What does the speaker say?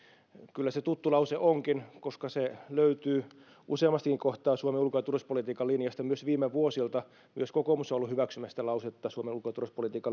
kyllä se tuttu lause onkin koska se löytyy useammastakin kohtaa suomen ulko ja turvallisuuspolitiikan linjasta myös viime vuosilta myös kokoomus on ollut hyväksymässä sitä lausetta suomen ulko ja turvallisuuspolitiikan